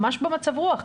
ממש במצב רוח,